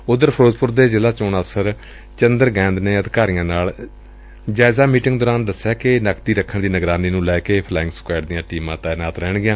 ਓਧਰ ਫਿਰੋਜ਼ਪੁਰ ਦੇ ਜ਼ਿਲ੍ਹਾ ਚੋਣ ਅਫਸਰ ਚੰਦਰ ਗੈਂਦ ਨੇ ਅਧਿਕਾਰੀਆਂ ਨਾਲ ਜਾਇਜ਼ਾ ਮੀਟਿੰਗ ਦੌਰਾਨ ਦਸਿਆ ਕਿ ਨਕਦੀ ਰੱਖਣ ਦੀ ਨਿਗਰਾਨੀ ਨੂੰ ਲੈ ਕੇ ਫਲਾਇੰਗ ਸਕੁਐਡ ਟੀਮਾਂ ਤੈਨਾਤ ਰਹਿਣਗੀਆਂ